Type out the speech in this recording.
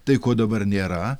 tai ko dabar nėra